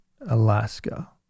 Alaska